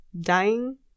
dying